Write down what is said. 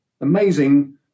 Amazing